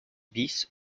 bis